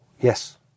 Yes